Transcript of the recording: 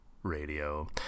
radio